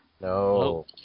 No